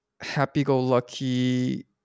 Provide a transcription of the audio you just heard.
happy-go-lucky